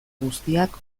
guztiak